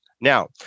Now